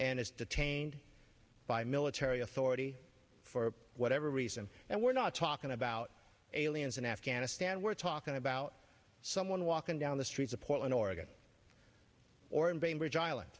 and is detained by military authority for whatever reason and we're not talking about aliens in afghanistan we're talking about someone walking down the streets of portland oregon or in bainbridge island